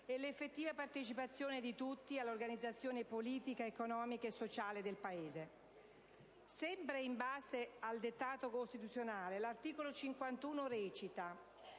e l'effettiva partecipazione di tutti (...) all'organizzazione politica, economica e sociale del Paese». Sempre nell'ambito della Costituzione, l'articolo 51, primo